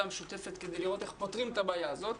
משותפת כדי לראות איך פותרים את הבעיה הזאת.